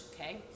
okay